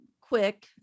quick